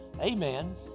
Amen